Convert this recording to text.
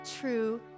true